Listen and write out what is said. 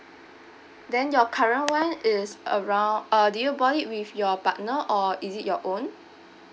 then your current one is around uh do you bought it with your partner or is it your own